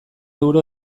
euro